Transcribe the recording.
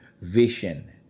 vision